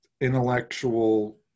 intellectual